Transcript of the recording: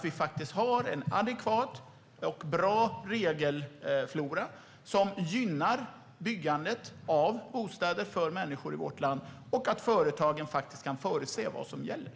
Vi ska ha en adekvat och bra regelflora som gynnar byggandet av bostäder för människor i vårt land så att företagen kan förutse vad som gäller.